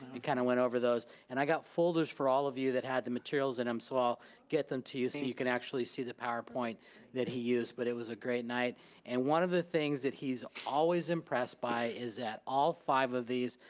and kind of went over those, and i got folders for all of you that has the materials in them, so i'll get them to you, so you can actually see the powerpoint that he used but it was a great night and one of the things that he's always impressed by is that all five of these,